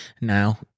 now